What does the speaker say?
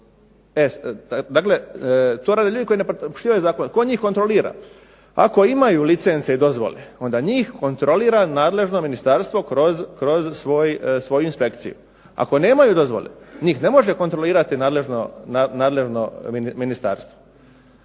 Dakle, to rade ljudi koji ne poštivaju zakone. Tko njih kontrolira? Ako imaju licence i dozvole onda njih kontrolira nadležno ministarstvo kroz svoju inspekciju. Ako nemaju dozvole, njih ne može kontrolirati nadležno ministarstvo.